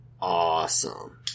awesome